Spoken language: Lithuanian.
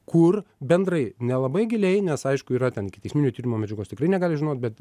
kur bendrai nelabai giliai nes aišku yra ten ikiteisminio tyrimo medžiagos tikrai negali žinot bet